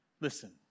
Listen